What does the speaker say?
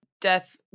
death